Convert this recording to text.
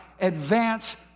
advance